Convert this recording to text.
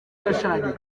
yashaririwe